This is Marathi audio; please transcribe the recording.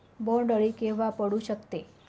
बोंड अळी केव्हा पडू शकते?